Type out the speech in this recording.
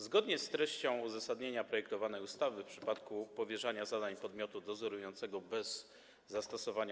Zgodnie z treścią uzasadnienia projektowanej ustawy w przypadku powierzania zadań podmiotu dozorującego bez zastosowania